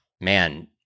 man